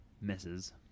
misses